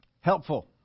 Helpful